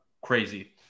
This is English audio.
crazy